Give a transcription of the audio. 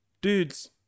Dudes